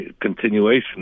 continuation